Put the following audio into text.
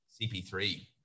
CP3